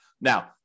Now